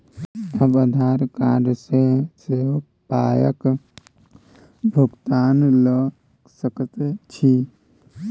आब आधार कार्ड सँ सेहो पायक भुगतान ल सकैत छी